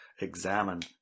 examine